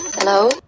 Hello